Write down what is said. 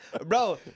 Bro